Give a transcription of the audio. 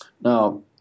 Now